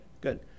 Good